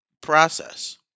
process